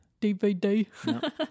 dvd